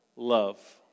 Love